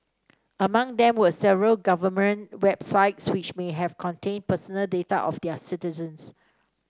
among them were several government websites which may have contained personal data of their citizens